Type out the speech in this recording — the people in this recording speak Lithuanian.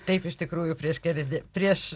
taip iš tikrųjų prieš kelis prieš